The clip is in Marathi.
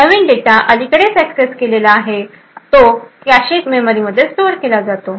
नवीन डेटा अलीकडेच एक्सेस केलेला आहे तो कॅशे मेमरीमध्ये स्टोअर केला जातो